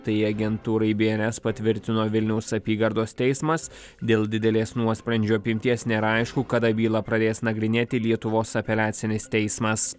tai agentūrai bns patvirtino vilniaus apygardos teismas dėl didelės nuosprendžio apimties nėra aišku kada bylą pradės nagrinėti lietuvos apeliacinis teismas